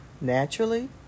naturally